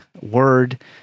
word